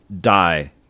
die